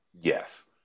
yes